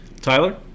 Tyler